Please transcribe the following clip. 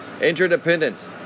interdependent